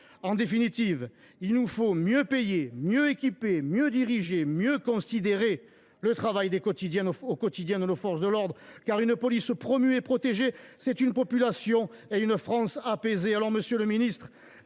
En définitive, il nous faut mieux payer, mieux équiper, mieux diriger, mieux considérer le travail quotidien de nos forces de l’ordre. Une police promue et protégée, c’est une population et une France apaisées.